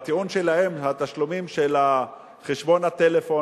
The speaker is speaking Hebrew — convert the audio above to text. הטיעון שלהם: התשלומים של חשבון הטלפון